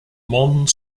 mont